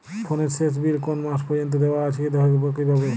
ফোনের শেষ বিল কোন মাস পর্যন্ত দেওয়া আছে দেখবো কিভাবে?